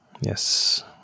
Yes